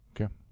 Okay